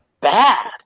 bad